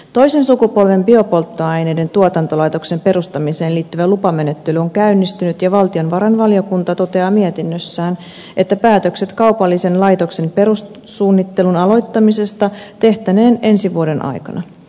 toisen sukupolven biopolttoaineiden tuotantolaitoksen perustamiseen liittyvä lupamenettely on käynnistynyt ja valtiovarainvaliokunta toteaa mietinnössään että päätökset kaupallisen laitoksen perussuunnittelun aloittamisesta tehtäneen ensi vuoden aikana